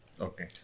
Okay